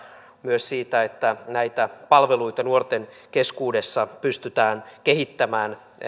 myös siitä että näitä palveluita nuorten keskuudessa pystytään kehittämään